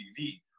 TV